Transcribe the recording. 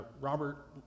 Robert